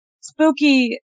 spooky